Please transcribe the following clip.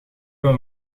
een